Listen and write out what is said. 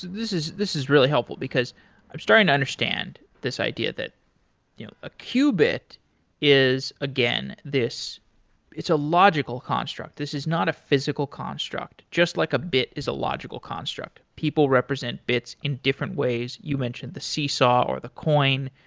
this is this is really helpful because i am starting to understand this idea that you know a qubit is again this it's a logical construct. this is not a physical construct. just like a bit is a logical construct. people represent bits in different ways, you mentioned the seesaw or the coin.